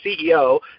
CEO